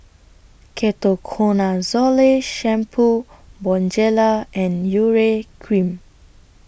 Ketoconazole Shampoo Bonjela and Urea Cream